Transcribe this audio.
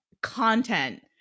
content